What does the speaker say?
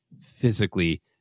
physically